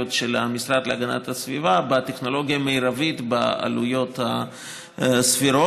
של המשרד להגנת הסביבה בטכנולוגיה המרבית בעלויות הסבירות,